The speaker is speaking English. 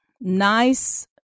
nice